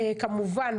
כמובן,